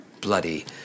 bloody